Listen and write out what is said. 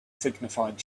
signified